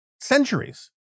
centuries